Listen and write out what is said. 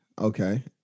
Okay